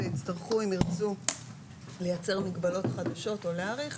ויצטרכו אם ירצו לייצר מגבלות חדשות או להאריך,